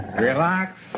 Relax